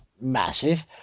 massive